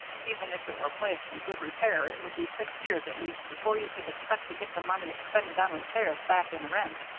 even if it were placed in good repair it would be six years at least before you could expect to get the money expended on repairs back in rent.